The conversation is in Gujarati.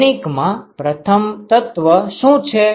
શ્રેણિક માં પ્રથમ તત્વ શું છે